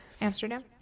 Amsterdam